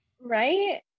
right